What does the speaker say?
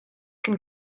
can